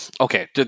okay